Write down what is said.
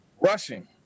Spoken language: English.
rushing